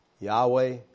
Yahweh